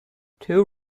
two